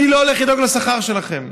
אני לא הולך לדאוג לשכר שלכם,